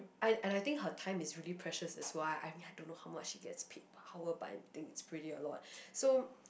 and and I think her time is really precious that's why I mean I don't know how much she gets paid per hour but I think it's pretty alot so